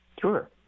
Sure